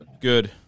good